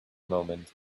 moment